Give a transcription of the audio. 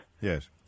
Yes